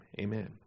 amen